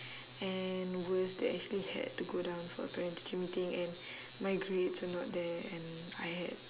and worse they actually had to go down for a parent teacher meeting and my grades were not there and I had